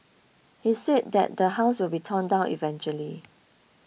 he said that the house will be torn down eventually